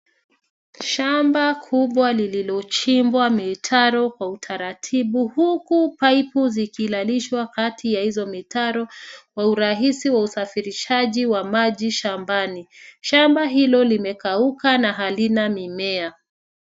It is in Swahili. Shamba kubwa lililochimbwa mitaro kwa utaratibu huku paipu zikilalishwa kati ya hizo mitaro kwa uarahisi wa usafirishaji wa maji shambani. Shamba hili limekauka na halina mimea.